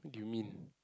you mean